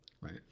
Right